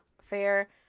fair